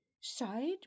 side